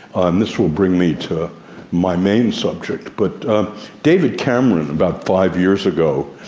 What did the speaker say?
and this will bring me to my main subject, but david cameron, about five years ago,